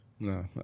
No